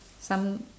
some